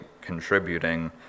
contributing